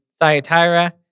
Thyatira